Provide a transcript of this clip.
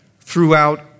throughout